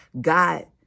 God